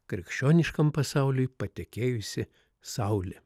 krikščioniškam pasauliui patekėjusi saulė